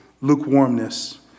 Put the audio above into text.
lukewarmness